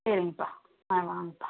சரிங்கப்பா ஆ வாங்கப்பா